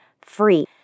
Free